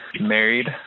married